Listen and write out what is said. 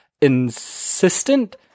insistent